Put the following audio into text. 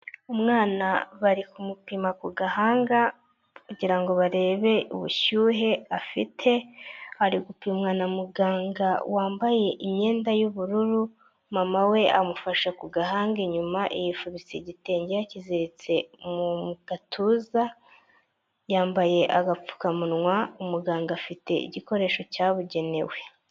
Umwana bari kumupima ku gahanga kugirango barebe ubushyuhe afite, ari gupimwa na muganga wambaye imyenda y'ubururu, mama we amufashe ku gahanga inyuma yifubitse igitenge yakiziritse mu gatuza, yambaye agapfukamunwa, umuganga afite igikoresho cyabugenewe.